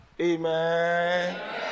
Amen